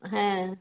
হ্যাঁ